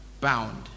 bound